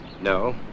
No